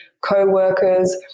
co-workers